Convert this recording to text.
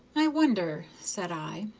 i wonder, said i,